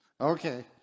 Okay